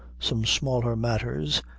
some smaller matters,